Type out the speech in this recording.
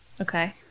Okay